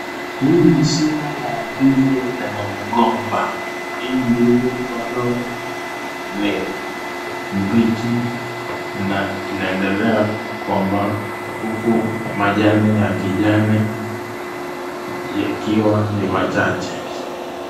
Hii ni shina la ndizi lenye migomba. Hii ndizi bado ni mbichi na inaendelea kukomaa huku majani ya kijani ikiwa ni machache.